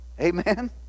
Amen